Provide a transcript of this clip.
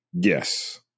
Yes